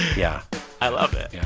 yeah i love it. yeah